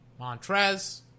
Montrez